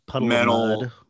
metal